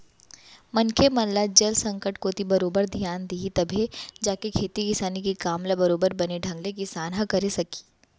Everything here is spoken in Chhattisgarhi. मनखे मन ह जल संकट कोती बरोबर धियान दिही तभे जाके खेती किसानी के काम ल बरोबर बने ढंग ले किसान ह करे सकही